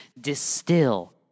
distill